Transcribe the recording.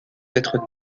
être